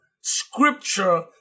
scripture